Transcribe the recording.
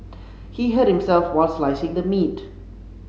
he hurt himself while slicing the meat